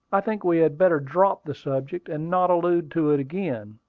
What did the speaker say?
i think we had better drop the subject, and not allude to it again.